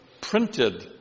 printed